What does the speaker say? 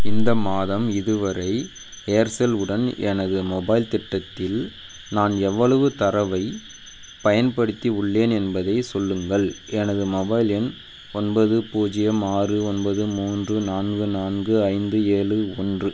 இந்த மாதம் இதுவரை ஏர்செல் உடன் எனது மொபைல் திட்டத்தில் நான் எவ்வளவு தரவைப் பயன்படுத்தியுள்ளேன் என்பதைச் சொல்லுங்கள் எனது மொபைல் எண் ஒன்பது பூஜ்ஜியம் ஆறு ஒன்பது மூன்று நான்கு நான்கு ஐந்து ஏழு ஒன்று